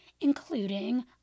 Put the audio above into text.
including